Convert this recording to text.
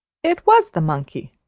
it was the monkey,